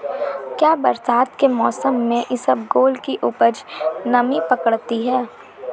क्या बरसात के मौसम में इसबगोल की उपज नमी पकड़ती है?